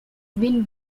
been